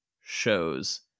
shows